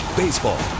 Baseball